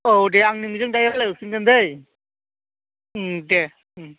औ दे आं नोंजों दाहाय रायज्लाय हरफिनगोन दै दे